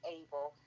able